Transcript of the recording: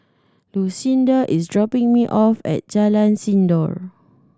Lucinda is dropping me off at Jalan Sindor